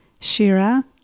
shira